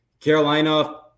Carolina